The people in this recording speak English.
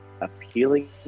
appealing